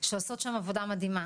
שעושות שם עבודה מדהימה.